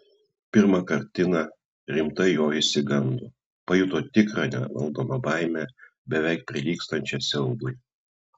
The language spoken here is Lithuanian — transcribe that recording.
pirmąkart tina rimtai jo išsigando pajuto tikrą nevaldomą baimę beveik prilygstančią siaubui